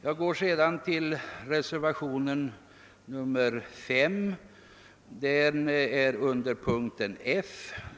Jag övergår sedan till reservationen 5 beträffande utskottets hemställan under F.